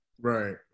Right